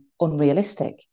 unrealistic